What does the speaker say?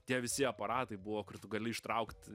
tie visi aparatai buvo kur tu gali ištraukt